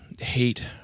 hate